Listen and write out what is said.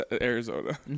Arizona